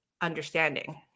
understanding